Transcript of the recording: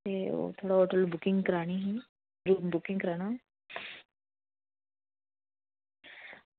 ते ओह् में होटल च बुकिंग करानी ही ते बुकिंग कराना